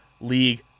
league